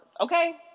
okay